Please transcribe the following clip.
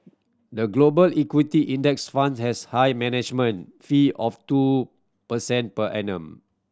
the Global Equity Index Fund has high management fee of two percent per annum